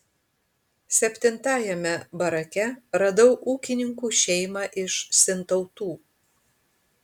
septintajame barake radau ūkininkų šeimą iš sintautų